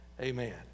amen